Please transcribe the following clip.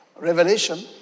Revelation